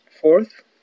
Fourth